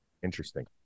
Interesting